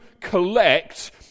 collect